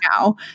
now